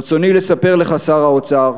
ברצוני לספר לך, שר האוצר,